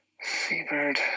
Seabird